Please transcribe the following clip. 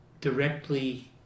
directly